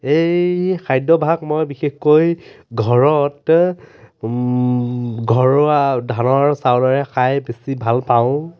এই খাদ্যভাস মই বিশেষকৈ ঘৰত ঘৰুৱা ধানৰ চাউলেৰে খাই বেছি ভাল পাওঁ